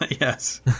Yes